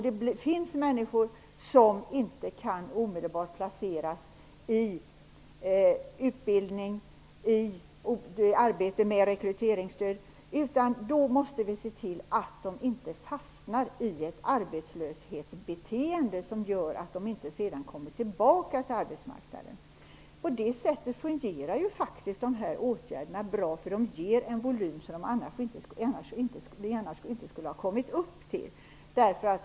Det finns människor som inte omedelbart kan placeras i utbildning eller arbete med rekryteringsstöd, och då måste vi se till att de inte fastnar i ett arbetslöshetsbeteende, som gör att de sedan inte kommer tillbaka till arbetsmarknaden. I det avseendet fungerar dessa åtgärder faktiskt bra, eftersom de ger en volym som vi annars inte skulle ha kommit upp till.